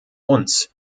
uns